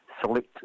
select